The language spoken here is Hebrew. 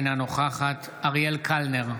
אינה נוכחת אריאל קלנר,